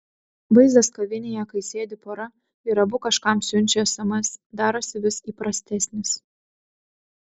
vaizdas kavinėje kai sėdi pora ir abu kažkam siunčia sms darosi vis įprastesnis